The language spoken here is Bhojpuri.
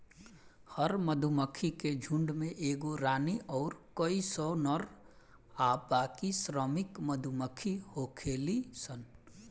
हर मधुमक्खी के झुण्ड में एगो रानी अउर कई सौ नर आ बाकी श्रमिक मधुमक्खी होखेली सन